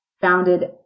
founded